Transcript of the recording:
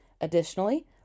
Additionally